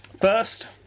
First